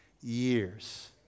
years